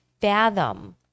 fathom